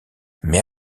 mais